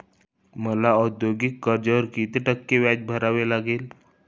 मला औद्योगिक कर्जावर किती टक्के व्याज भरावे लागेल?